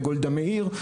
לגולדה מאיר,